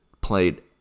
played